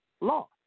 law